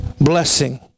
blessing